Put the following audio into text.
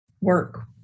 work